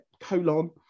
colon